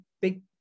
big